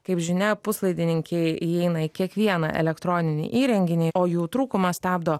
kaip žinia puslaidininkiai įeina į kiekvieną elektroninį įrenginį o jų trūkumas stabdo